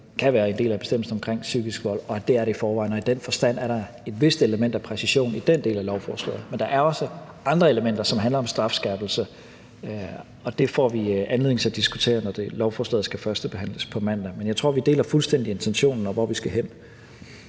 kan være en del af bestemmelsen omkring psykisk vold, og at det er det i forvejen. I den forstand er der et vist element af præcision i den del af lovforslaget. Men der er også andre elementer, som handler om strafskærpelse, og det får vi anledning til at diskutere, når lovforslaget skal førstebehandles på mandag. Men jeg tror, at vi fuldstændig deler intentionen om, hvor vi skal hen.